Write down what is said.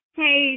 hey